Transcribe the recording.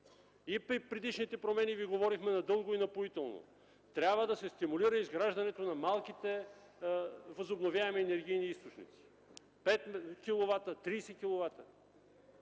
предишните промени Ви говорихме надълго и напоително: трябва да се стимулира изграждането на малките възобновяеми енергийни източници – 5 киловата,